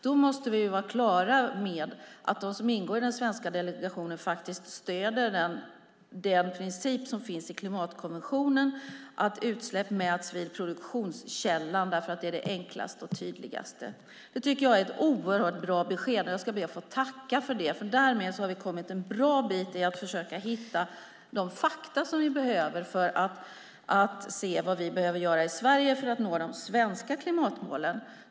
Då måste vi vara på det klara med att de som ingår i den svenska delegationen stöder den princip som finns i klimatkonventionen om att utsläpp mäts vid produktionskällan eftersom det är det enklaste och tydligaste. Det tycker jag är ett oerhört bra besked, och jag ska be att få tacka för det. Därmed har vi kommit en bra bit när det gäller att försöka hitta de fakta som vi måste ha för att se vad vi behöver göra i Sverige för att nå de svenska klimatmålen.